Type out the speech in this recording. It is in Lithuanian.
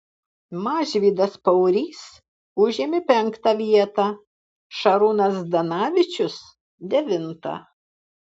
mažvydas paurys užėmė penktą vietą šarūnas zdanavičius devintą